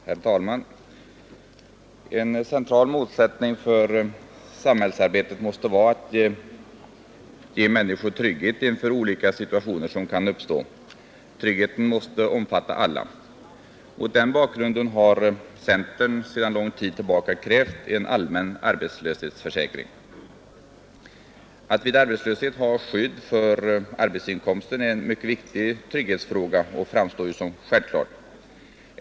Herr talman! En central målsättning för samhällsarbetet måste vara att ge människor trygghet inför olika situationer som kan uppstå. Tryggheten måste omfatta alla. Mot den bakgrunden har centern under lång tid krävt en allmän arbetslöshetsförsäkring. Att vid arbetslöshet ha skydd för arbetsinkomsten är en viktig trygghetsfråga, det framstår som självklart.